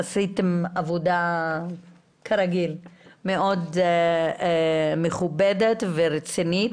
כרגיל עשית עבודה מאוד מכובדת ורצינית,